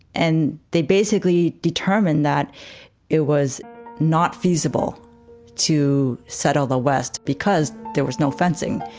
and they basically determined that it was not feasible to settle the west because there was no fencing.